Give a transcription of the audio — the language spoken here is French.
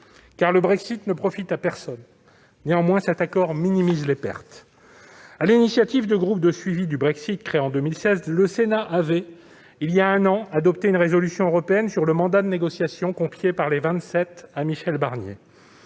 car le Brexit ne profite à personne. Néanmoins, cet accord minimise les pertes. Sur l'initiative du groupe de suivi du Brexit, créé en 2016, le Sénat a adopté, voilà un an, une résolution européenne sur le mandat de négociation confié par les Vingt-Sept à Michel Barnier.